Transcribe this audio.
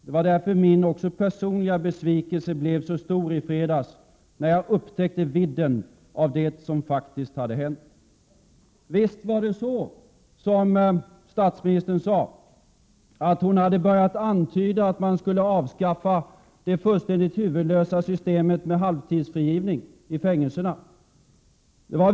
Det var också därför som min personliga besvikelse blev så stor i fredags, när jag insåg vidden av det som faktiskt hade hänt. Visst hade hon, som statsministern sade, börjat antyda att man skulle avskaffa det fullständigt huvudlösa systemet med halvtidsfrigivning inom kriminalvården.